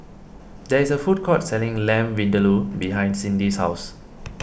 there is a food court selling Lamb Vindaloo behind Cindy's house